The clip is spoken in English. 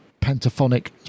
pentaphonic